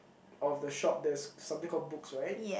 of the shop there's something called books right